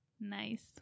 Nice